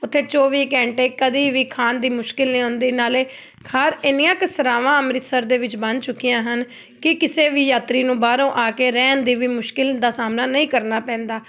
ਉੱਥੇ ਚੌਵੀ ਘੰਟੇ ਕਦੀ ਵੀ ਖਾਣ ਦੀ ਮੁਸ਼ਕਲ ਨਹੀਂ ਆਉਂਦੀ ਨਾਲੇ ਹਰ ਇੰਨੀਆਂ ਕੁ ਸਰਾਵਾਂ ਅੰਮ੍ਰਿਤਸਰ ਦੇ ਵਿੱਚ ਬਣ ਚੁੱਕੀਆਂ ਹਨ ਕਿ ਕਿਸੇ ਵੀ ਯਾਤਰੀ ਨੂੰ ਬਾਹਰੋਂ ਆ ਕੇ ਰਹਿਣ ਦੀ ਵੀ ਮੁਸ਼ਕਲ ਦਾ ਸਾਹਮਣਾ ਨਹੀਂ ਕਰਨਾ ਪੈਂਦਾ